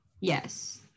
Yes